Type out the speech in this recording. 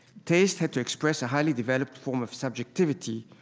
taste had to express a highly developed form of subjectivity,